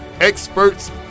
experts